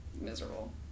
miserable